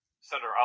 Senator